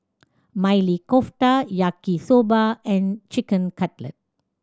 Maili Kofta Yaki Soba and Chicken Cutlet